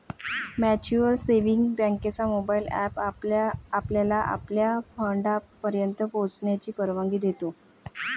mutual savings बँकेचा mobile app आपल्याला आपल्या फंडापर्यंत पोहोचण्याची परवानगी देतो